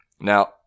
Now